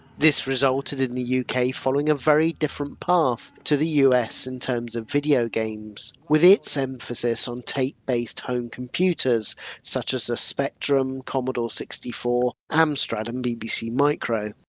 this resulted in the yeah uk following a very different path to the us in terms of video games with its emphasis on tape-based home computers such as the spectrum, commodore sixty four, amstrad, and bbc micro.